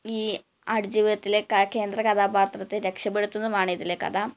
ഈ ആടുജീവിതത്തിലെ കേന്ദ്ര കഥാപാത്രത്തെ രക്ഷപെടുത്തുന്നതുമാണ് ഇതിലെ കഥ